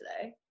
today